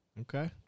Okay